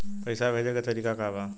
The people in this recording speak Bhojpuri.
पैसा भेजे के तरीका का बा?